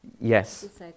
Yes